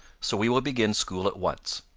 so we will begin school at once.